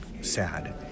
sad